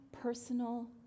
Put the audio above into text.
personal